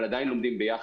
אבל עדיין לומדים ביחד.